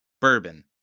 Bourbon